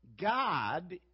God